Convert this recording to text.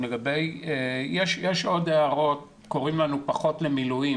יש עוד הערות, קוראים לנו פחות למילואים,